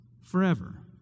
forever